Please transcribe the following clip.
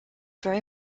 very